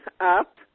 up